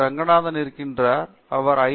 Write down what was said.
ரெங்கநாதன் இருக்கிறார் அவர் ஐ